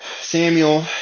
Samuel